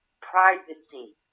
privacy